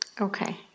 Okay